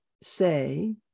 say